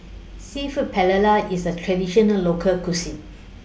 Seafood Paella IS A Traditional Local Cuisine